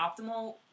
optimal